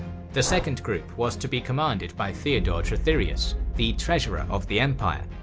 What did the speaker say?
the second group was to be commanded by theodore trithyrius, the treasurer of the empire,